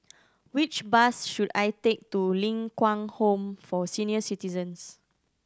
which bus should I take to Ling Kwang Home for Senior Citizens